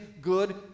good